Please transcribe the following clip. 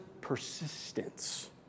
persistence